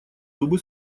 зубы